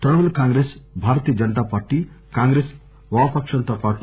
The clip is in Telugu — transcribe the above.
తృణమూల్ కాంగ్రెస్ భారతీయ జనతా పార్టీ కాంగ్రెస్ వామపక్షంతో పాటు